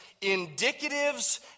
indicatives